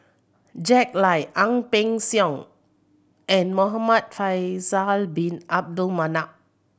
Jack Lai Ang Peng Siong and Muhamad Faisal Bin Abdul Manap